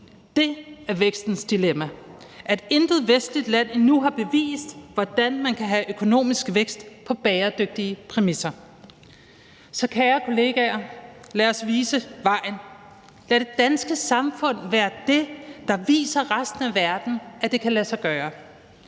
Det er vækstens dilemma: at intet vestligt land endnu har bevist, hvordan man kan have økonomisk vækst på bæredygtige præmisser. Så kære kollegaer, lad os vise vejen. Lad det danske samfund være det, der viser resten af verden, at det kan lade sig gøre.